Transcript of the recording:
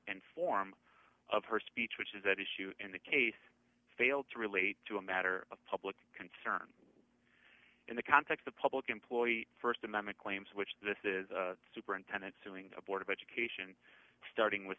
and form of her speech which is at issue in the case failed to relate to a matter of public concern in the context of public employee st amendment claims which this is a superintendent suing the board of education starting w